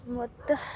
ಮತ್ತು